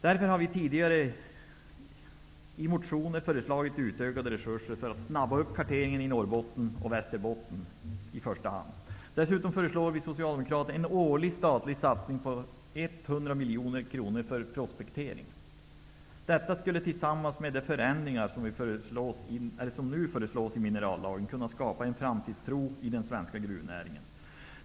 Därför har vi i tidigare motioner föreslagit utökade resurser för att snabba upp karteringen i första hand i Norrbotten och Västerbotten. Dessutom föreslår vi socialdemokrater en årlig statlig satsning med 100 miljoner kronor på prospektering. Detta skulle, tillsammans med de förändringar som nu föreslås i minerallagen, kunna skapa en framtidstro i den svenska gruvnäringen.